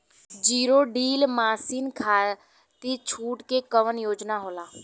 Zero drill machine खाती छूट के कवन योजना होला?